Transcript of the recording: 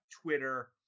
Twitter